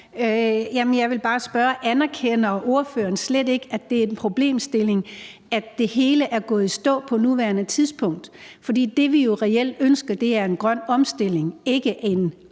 Jeg vil bare spørge, om ordføreren slet ikke anerkender, at det er en problemstilling, at det hele er gået i stå på nuværende tidspunkt. For det, vi jo reelt ønsker, er en grøn omstilling, ikke en